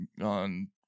on